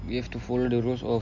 we have to follow the rules of